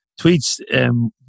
tweets